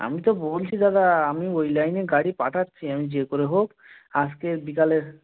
আমি তো বলছি দাদা আমি ওই লাইনে গাড়ি পাঠাচ্ছি আমি যে করে হোক আসকের বিকালের